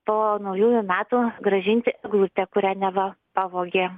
po naujųjų metų grąžinti eglutę kurią neva pavogė